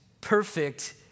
perfect